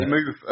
move